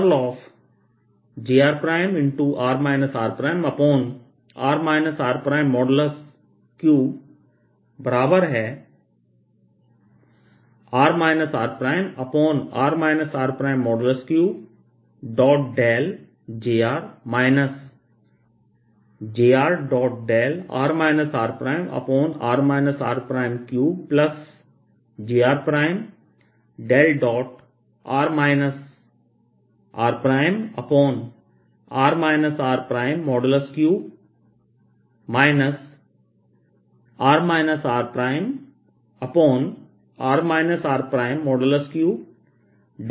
jrr rr r3 बराबर है r rr r3jr jrr rr r3jrr rr r3 r rr r3jrके